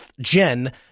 gen